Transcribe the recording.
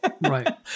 Right